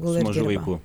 su mažu vaiku